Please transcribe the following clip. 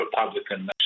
Republican